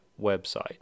website